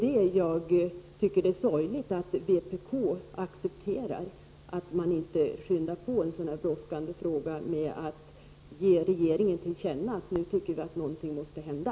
Jag tycker att det är sorgligt att vänsterpartiet accepterar detta, att man inte skyndar på en så brådskande fråga med ett tillkännagivande till regeringen att vi tycker att någonting måste hända.